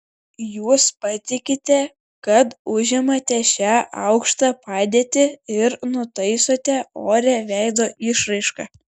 jūs patikite kad užimate šią aukštą padėtį ir nutaisote orią veido išraišką